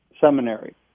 seminary